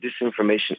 disinformation